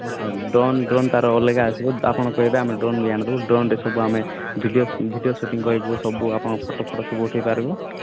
ହଁ sir drone drone ତା'ର ଅଲଗା ଆସିବ ଆପଣ କହିବେ କହିଲେ ଆମେ ଡ୍ରୋନ୍ ବି ଆଣିଦେବୁ ଡ୍ରୋନ୍ରେ ସବୁ ଆମେ ଭିଡ଼ିଓ ଭିଡ଼ିଓ ସୁଟିଙ୍ଗ କରିବୁ ସବୁ ଆପଣଙ୍କ ଫଟୋ ଫଟୋ ସବୁ ଉଠାଇ ପାରିବୁ